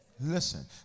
listen